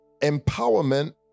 empowerment